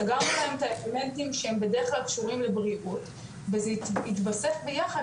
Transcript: סגרנו להם את האלמנטים שהם בדרך כלל קשורים לבריאות וזה התווסף ביחד